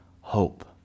hope